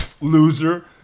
loser